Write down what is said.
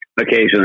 Occasionally